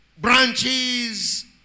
branches